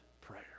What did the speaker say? prayer